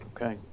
Okay